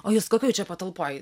o jūs kokioj čia patalpoj